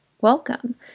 welcome